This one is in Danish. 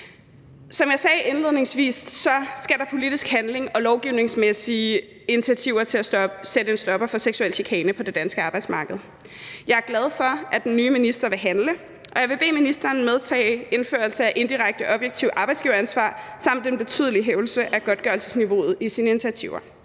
Som jeg sagde indledningsvis, skal der politisk handling og lovgivningsmæssige initiativer til at sætte en stopper for seksuel chikane på det danske arbejdsmarked. Jeg er glad for, at den nye minister vil handle, og jeg vil bede ministeren om at medtage indførelse af indirekte objektivt arbejdsgiveransvar samt en betydelig hævelse af godtgørelsesniveauet i sine initiativer.